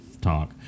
talk